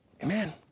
Amen